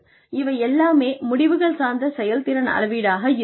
இவை எல்லாமே முடிவுகள் சார்ந்த செயல்திறன் அளவீடாக இருக்கும்